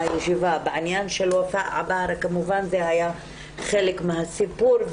בעניין של וופא עבאהרה כמובן זה היה חלק מן הסיפור,